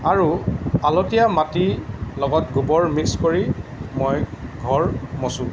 আৰু আলতীয়া মাটি লগত গোবৰ মিক্স কৰি মই ঘৰ মচোঁ